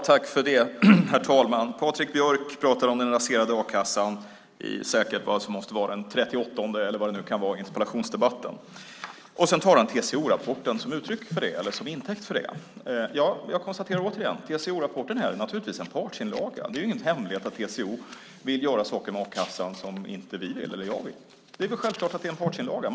Herr talman! Patrik Björck pratar om den raserade a-kassan i vad som måste vara den 38:e - eller vad det nu kan vara - interpellationsdebatten. Sedan tar han TCO-rapporten som intäkt för det. Jag konstaterar återigen att TCO-rapporten naturligtvis är en partsinlaga. Det är ingen hemlighet att TCO vill göra saker med a-kassan som inte jag vill. Det är självklart att det är en partsinlaga.